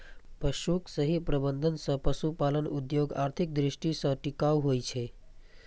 पशुक सही प्रबंधन सं पशुपालन उद्योग आर्थिक दृष्टि सं टिकाऊ होइ छै